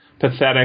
pathetic